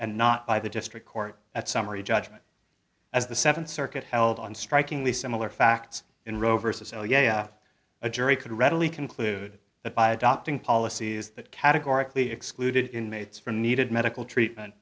and not by the district court that summary judgment as the seventh circuit held on strikingly similar facts in roe versus l yeah a jury could readily conclude that by adopting policies that categorically excluded inmates from needed medical treatment